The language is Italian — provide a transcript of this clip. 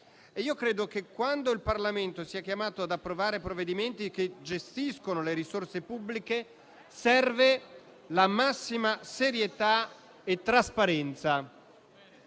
Credo che quando il Parlamento è chiamato ad approvare provvedimenti che gestiscono le risorse pubbliche servano la massima serietà e trasparenza.